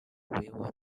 river